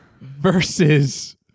versus